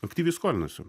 aktyviai skolinasi